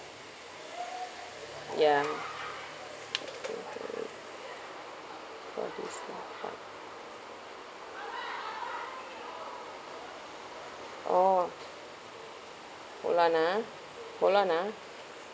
ya how to say how orh hold on ah hold on ah